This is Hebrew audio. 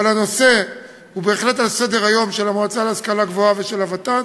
הנושא בהחלט על סדר-היום של המועצה להשכלה גבוהה ושל הוות"ת,